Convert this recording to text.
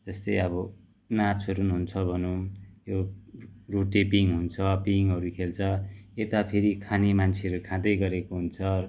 जस्तै अब नाचहरू पनि हुन्छ भनौँ यो रोटेपिङ हुन्छ पिङहरू खेल्छ यता फेरि खाने मान्छेहरू खाँदै गरेको हुन्छ